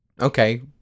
Okay